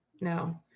no